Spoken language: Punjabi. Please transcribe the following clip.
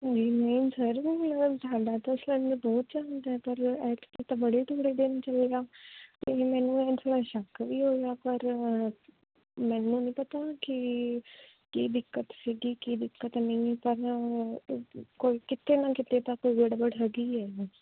ਨਹੀਂ ਨਹੀਂ ਸਰ ਸਾਡਾ ਤਾਂ ਸਿਲੰਡਰ ਬਹੁਤ ਚੱਲਦਾ ਪਰ ਐਤਕੀ ਤਾਂ ਬੜੇ ਥੋੜ੍ਹੇ ਦਿਨ ਚੱਲਿਆ ਮੈਨੂੰ ਸ਼ੱਕ ਵੀ ਹੋਇਆ ਪਰ ਨਹੀਂ ਪਤਾ ਕਿ ਕੀ ਦਿੱਕਤ ਸੀਗੀ ਕੀ ਦਿੱਕਤ ਨਹੀਂ ਪਰ ਕੋਈ ਕਿੱਥੇ ਨਾ ਕਿਤੇ ਕੋਈ ਗੜਬੜ ਹੈਗੀ ਹੈ